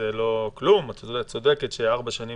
כדי שמי